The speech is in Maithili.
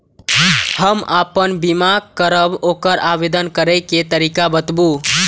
हम आपन बीमा करब ओकर आवेदन करै के तरीका बताबु?